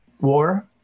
war